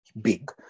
big